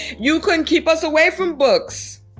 you couldn't keep us away from books.